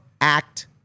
act